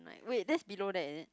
wait that's below that is it